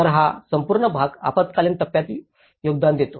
तर हा संपूर्ण भाग आपत्कालीन टप्प्यात योगदान देतो